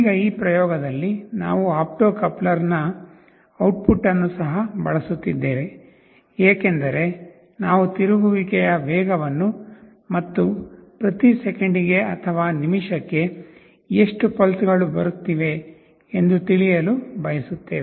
ಈಗ ಈ ಪ್ರಯೋಗದಲ್ಲಿ ನಾವು ಆಪ್ಟೋ ಕಪ್ಲರ್ನ ಔಟ್ಪುಟ್ ಅನ್ನು ಸಹ ಬಳಸುತ್ತಿದ್ದೇವೆ ಏಕೆಂದರೆ ನಾವು ತಿರುಗುವಿಕೆಯ ವೇಗವನ್ನು ಮತ್ತು ಪ್ರತಿ ಸೆಕೆಂಡಿಗೆ ಅಥವಾ ನಿಮಿಷಕ್ಕೆ ಎಷ್ಟು ಪಲ್ಸ್ ಗಳು ಬರುತ್ತಿವೆ ಎಂದು ತಿಳಿಯಲು ಅಳೆಯಲು ಬಯಸುತ್ತೇವೆ